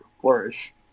flourish